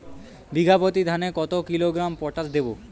বিঘাপ্রতি ধানে কত কিলোগ্রাম পটাশ দেবো?